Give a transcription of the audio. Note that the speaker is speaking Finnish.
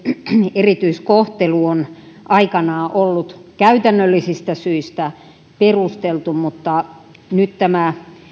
erityiskohtelu on aikanaan ollut käytännöllisistä syistä perusteltu mutta nyt tämä